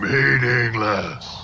meaningless